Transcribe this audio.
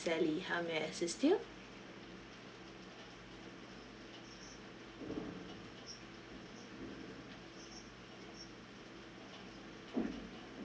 sally how may I assist you